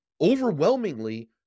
overwhelmingly